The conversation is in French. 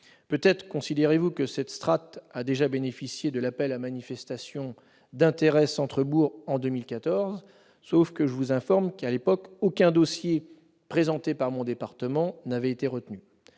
Peut-être considérez-vous que cette strate a déjà bénéficié de l'appel à manifestation d'intérêt « centres-bourgs » en 2014 ? Je vous informe que, à l'époque, aucun dossier présenté par mon département n'avait été retenu.